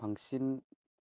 बांसिन